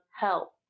help